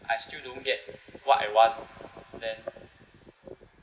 I still don't get what I want then